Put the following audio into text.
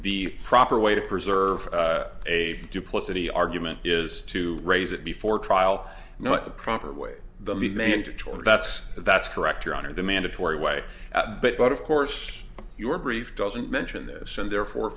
the proper way to preserve a duplicity argument is to raise it before trial the proper way the mandatory that's that's correct your honor the mandatory way but of course your brief doesn't mention this and therefore